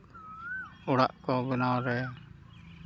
ᱚᱲᱟᱜ ᱠᱚ ᱵᱮᱱᱟᱣ ᱨᱮ